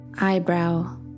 Eyebrow